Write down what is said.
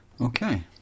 Okay